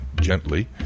gently